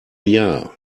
jahr